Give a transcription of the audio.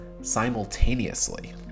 simultaneously